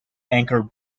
anchor